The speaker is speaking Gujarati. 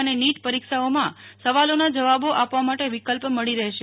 અને નીટ પરિક્ષાઓમાં સવાલોના જવાબો આપવા માટે વિકલ્પ મળી રહેશે